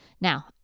Now